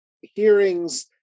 hearings